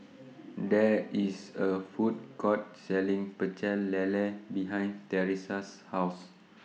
There IS A Food Court Selling Pecel Lele behind Tressa's House